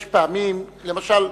יש פעמים, למשל,